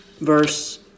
verse